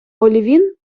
олівін